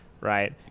right